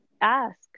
ask